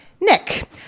Nick